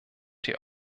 die